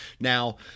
Now